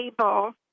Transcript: able